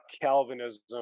Calvinism